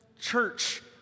church